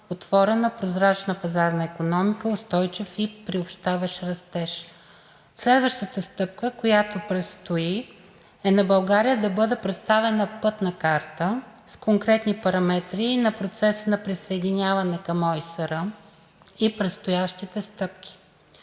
отворена прозрачна пазарна икономика, устойчив и приобщаващ растеж. Следващата стъпка, която предстои, е на България да бъде предоставена Пътна карта с конкретни параметри на процеса на присъединяване към ОИСР и предстоящите стъпки.